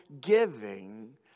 giving